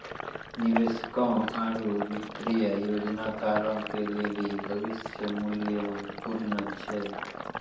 निवेशकों आरु वित्तीय योजनाकारो के लेली भविष्य मुल्य महत्वपूर्ण छै